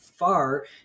Far